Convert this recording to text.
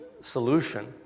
solution